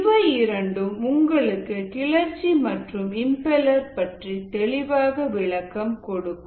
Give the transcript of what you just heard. இவை இரண்டும் உங்களுக்கு கிளர்ச்சி மற்றும் இம்பெலர் பற்றி தெளிவாக விளக்கம் கொடுக்கும்